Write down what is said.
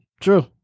True